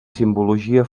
simbologia